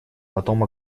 потом